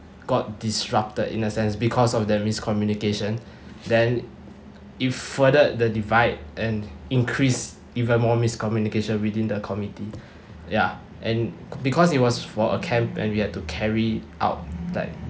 got disrupted in a sense because of that miscommunication then it furthered the divide and increased even more miscommunication within the committee ya and because it was for a camp and we had to carry out like